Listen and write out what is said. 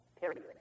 period